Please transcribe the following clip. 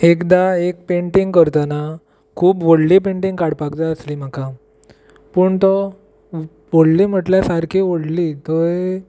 एकदां एक पेंटिंग करतना खूब व्हडली पेंटिंग काडपाक जाय आसली म्हाका पूण तो व व्होडली म्हटल्यार सारकी व्होडली थंय